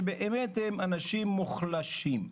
שבאמת הם אנשים מוחלשים.